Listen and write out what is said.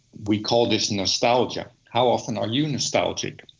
we call this nostalgia. how often are you nostalgic?